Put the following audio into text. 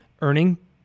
earning